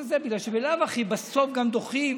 התשלומים בגלל שבלאו הכי בסוף גם דוחים,